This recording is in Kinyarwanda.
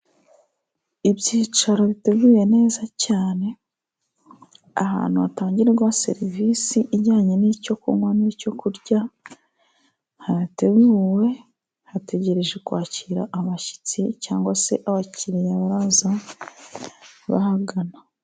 Ibyicaro biteguye neza cyane ahantu hatangirwa serivisi ijyanye n'icyo kunywa n'icyo kurya, hateguwe hategereje kwakira abashyitsi cyangwa se abakiriya baza bahangana.